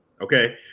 okay